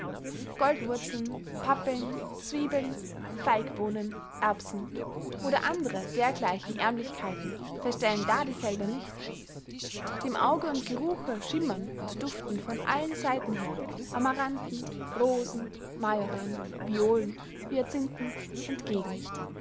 goldwurzeln pappeln zwiebeln feigbohnen erbsen oder andre dergleichen aermlichkeiten verstellen da die felder nicht dem auge und geruche schimmern und duften von allen seiten her amaranten rosen majoran violen hyacinthen entgegen